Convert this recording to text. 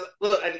Look